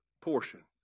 portion